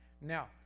Now